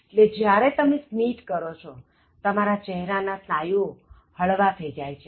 એટલે જયારે તમે સ્મિત કરો છો તમારા ચહેરાના સ્નાયુઓ હળવા થઇ જાય છે